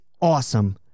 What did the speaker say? awesome